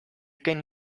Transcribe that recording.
can